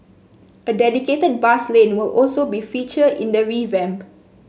a dedicated bus lane will also be feature in the revamp